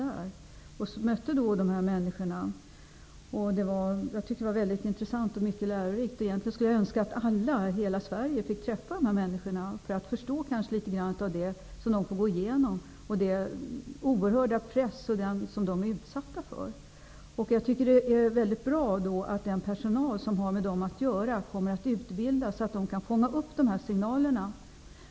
Jag tyckte att det var mycket intressant och lärorikt att möta dessa människor, och jag skulle egentligen önska att alla i hela Sverige fick träffa dessa människor för att på så sätt kanske förstå litet av det som de får gå igenom och den oerhörda press som de är utsatta för. Det är väldigt bra att den personal som har med dessa flyktingar att göra kommer att utbildas så att personalen kan fånga upp sådana här signaler.